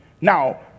Now